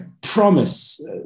promise